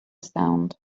sound